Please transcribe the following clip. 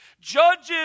judges